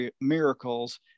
miracles